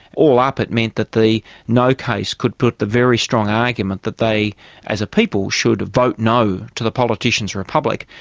all up it meant that the no case could put the very strong argument that they as a people should vote no to the politicians' republic,